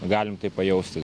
galim tai pajausti